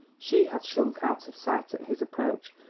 she had shrunk out of sight at his approach,